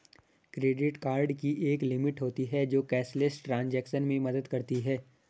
credit card की एक limit होती है जो कैशलेस ट्रांज़ैक्शन में मदद करती है